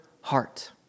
heart